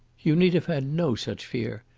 you need have had no such fear.